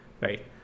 right